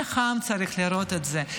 איך העם צריך לראות את זה?